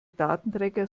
datenträger